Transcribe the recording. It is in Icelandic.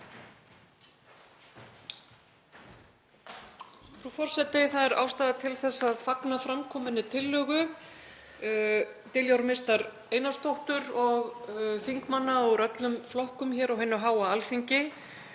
Það er ástæða til að fagna framkominni tillögu Diljár Mistar Einarsdóttur og þingmanna úr öllum flokkum á hinu háa Alþingi